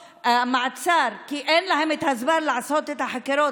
במעצר כי אין את הזמן לעשות את החקירות,